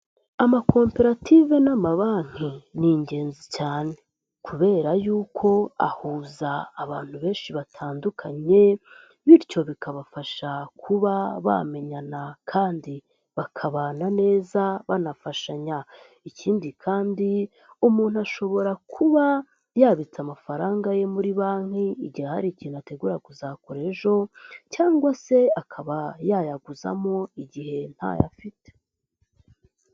Amakoperative n'amabanki ni ingenzi cyane kubera yuko ahuza abantu benshi batandukanye bityo bikabafasha kuba bamenyana kandi bakabana neza banafashanya. Ikindi kandi umuntu ashobora kuba yabitse amafaranga ye muri banki igihe hari ikintu ategura kuzakora ejo cyangwa se akaba yayaguzamo igihe ntayo afite.